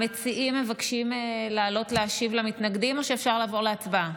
המציעים מבקשים לעלות להשיב למתנגדים או שאפשר לעבור להצבעה?